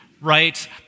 right